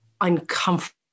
uncomfortable